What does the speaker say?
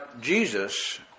Jesus